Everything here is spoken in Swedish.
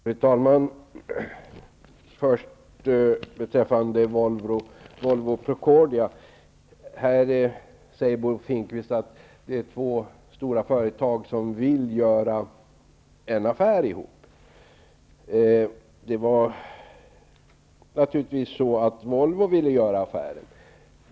Fru talman! Först några ord om Volvo--Procordia. Bo Finnkvist säger att det är två stora företag som vill göra en affär. Det var naturligtvis så att Volvo ville göra affären.